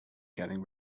getting